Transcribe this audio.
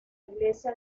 iglesia